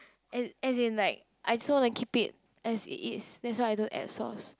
as as in like I just wanna keep it as it is that's why I don't add sauce